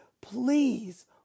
please